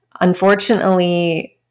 Unfortunately